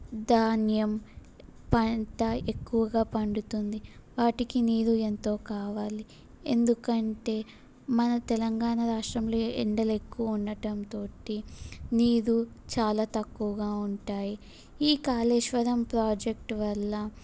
ధాన్యం పంట ఎక్కువగా పండుతుంది వాటికి నీరు ఏంతో కావాలి ఎందుకంటే మన తెలంగాణ రాష్ట్రంలో ఎ ఎండలు ఎక్కువ ఉండటంతో నీరు చాలా తక్కువగా ఉంటాయి ఈ కాళేశ్వరం ప్రాజెక్టు వల్ల